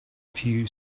few